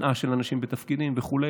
הנעה של אנשים בתפקידים וכו'.